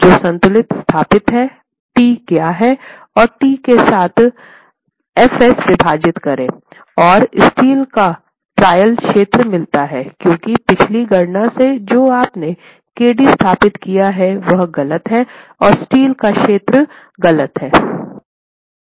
जो संतुलन स्थापित हैंT क्या है और T के साथ Fs विभाजित करे और स्टील का ट्रायल क्षेत्र मिलता है क्योंकि पिछली गणना से जो आपने kd स्थापित की है वह गलत है और स्टील का क्षेत्र गलत है